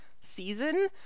season